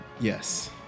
yes